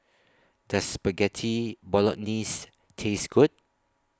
Does Spaghetti Bolognese Taste Good